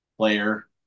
Player